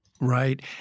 Right